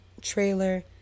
trailer